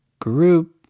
group